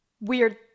weird